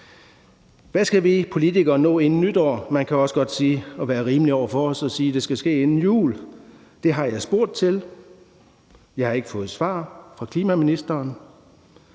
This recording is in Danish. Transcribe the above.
Hvad skal vi politikere nå inden nytår? Man kan også være rimelig over for os og sige, at det skal ske inden jul. Det har jeg spurgt til. Jeg har ikke fået svar fra klimaministeren.